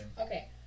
Okay